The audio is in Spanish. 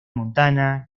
montana